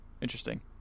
Interesting